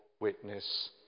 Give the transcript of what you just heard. witness